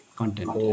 content